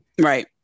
Right